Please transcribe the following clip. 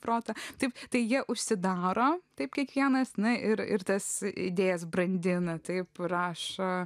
protą taip tai jie užsidaro taip kiekvienas na ir ir tas idėjas brandina taip rašo